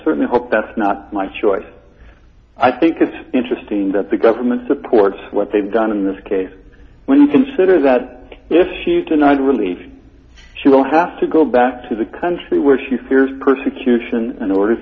certainly hope that's not my choice i think it's interesting that the government supports what they've done in this case when you consider that if she is denied relief she will have to go back to the country where she fears persecution in order